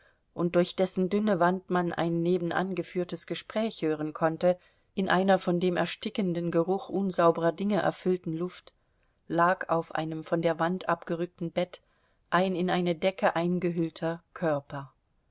und durch dessen dünne wand man ein nebenan geführtes gespräch hören konnte in einer von dem erstickenden geruch unsauberer dinge erfüllten luft lag auf einem von der wand abgerückten bett ein in eine decke eingehüllter körper